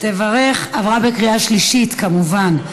התקבלה בקריאה שלישית, כמובן.